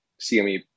cme